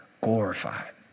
glorified